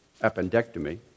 appendectomy